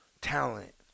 talent